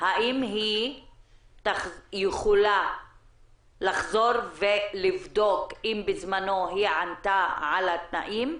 האם היא יכולה לחזור ולבדוק אם בזמנו היא ענתה על התנאים,